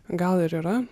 gal ir yra